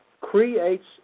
creates